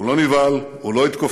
הוא לא נבהל, הוא לא התכופף,